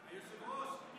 היושב-ראש,